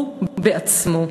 הוא בעצמו.